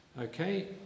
okay